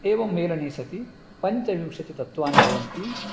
एवं मेलने सति पञ्चविंशतितत्त्वानि भवन्ति